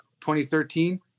2013